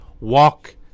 walk